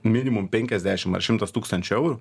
minimum penkiasdešimt ar šimtas tūkstančių eurų